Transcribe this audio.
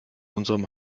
unserem